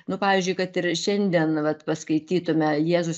nu pavyzdžiui kad ir šiandien vat paskaitytume jėzus